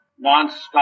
non-stop